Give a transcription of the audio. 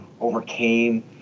overcame